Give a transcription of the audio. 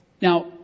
Now